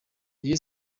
rayon